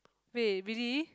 wait really